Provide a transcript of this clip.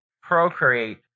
procreate